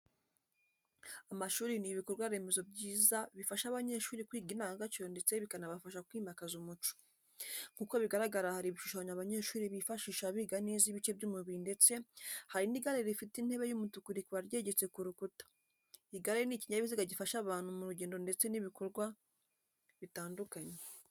Amashuri ni ibikorwa remezo byiza bifasha abanyeshuri kwiga indangagaciro ndetse bikanabafasha kwimakaza umuco. Nk'uko bigaragara hari ibishushanyo abanyeshuri bifashisha biga neza ibice by'umubiri ndetse hari n'igare rifite intebe y'umutuku rikaba ryegetse ku rukuta. Igare ni ikinyabiziga gifasha abantu mu rugendo ndetse n'ibindi bikorwa bitandukanye.